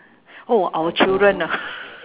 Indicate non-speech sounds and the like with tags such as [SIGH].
oh our children ah [LAUGHS]